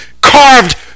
carved